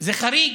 זה חריג.